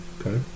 Okay